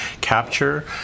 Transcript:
capture